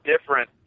different